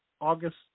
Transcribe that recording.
August